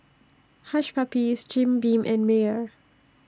Hush Puppies Jim Beam and Mayer